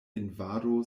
invado